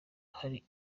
hari